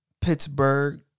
Pittsburgh